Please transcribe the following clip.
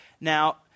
now